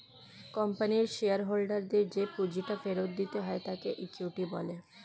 কোম্পানির শেয়ার হোল্ডারদের যে পুঁজিটা ফেরত দিতে হয় তাকে ইকুইটি বলা হয়